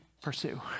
pursue